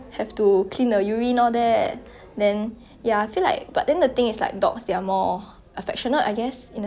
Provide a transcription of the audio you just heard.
in a sense like cat is like they 自己管自己 then they just do their own things then